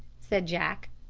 said jack.